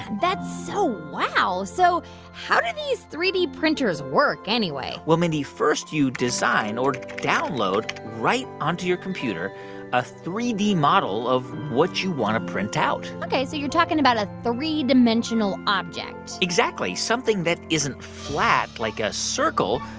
that's so wow, so how do these three d printers work anyway? well, mindy, first you design or download right onto your computer a three d model of what you want to print out ok, so you're talking about a three-dimensional object exactly, something that isn't flat, like a circle,